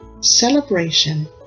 celebration